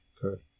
Correct